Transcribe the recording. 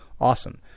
Awesome